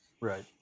Right